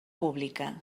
pública